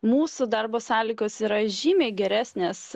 mūsų darbo sąlygos yra žymiai geresnės